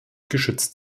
geschützt